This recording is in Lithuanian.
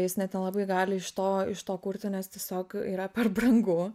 jis net nelabai gali iš to iš to kurti nes tiesiog yra per brangu